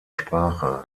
sprache